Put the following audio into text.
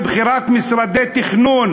מכרז לבחירת משרדי תכנון,